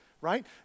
Right